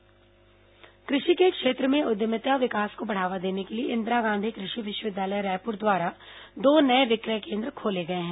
कृषि विवि विक्रय केन्द्र क धि के क्षेत्र में उद्यमिता विकास को बढ़ावा देने के लिए इंदिरा गांधी क धि धि विश्वविद्यालय रायपुर द्वारा दो नये विक्रय केन्द्र खोले गए हैं